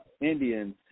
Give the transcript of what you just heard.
Indians